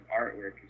artwork